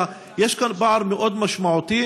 יש כאן פער מאוד משמעותי,